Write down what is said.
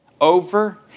over